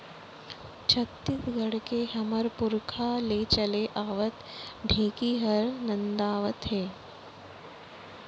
छत्तीसगढ़ के हमर पुरखा ले चले आवत ढेंकी हर नंदावत हे